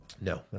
No